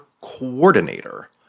coordinator